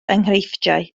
enghreifftiau